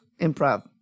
improv